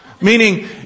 Meaning